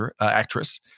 actress